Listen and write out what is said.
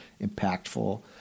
impactful